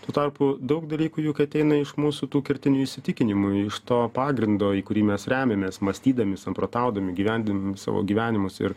tuo tarpu daug dalykų juk ateina iš mūsų tų kertinių įsitikinimų iš to pagrindo į kurį mes remiamės mąstydami samprotaudami gyvendami savo gyvenimus ir